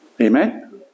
Amen